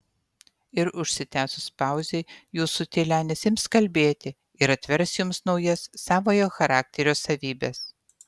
ir užsitęsus pauzei jūsų tylenis ims kalbėti ir atvers jums naujas savojo charakterio savybes